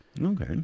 Okay